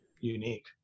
unique